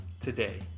today